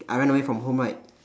I ran away from home right